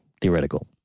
theoretical